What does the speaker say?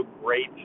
great